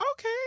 okay